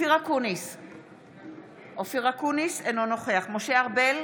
אופיר אקוניס, אינו נוכח משה ארבל,